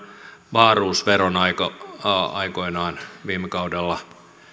wahlroos veron aikoinaan viime kaudella